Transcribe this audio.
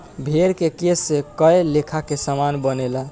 भेड़ के केश से कए लेखा के सामान बनेला